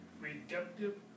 redemptive